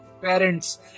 parents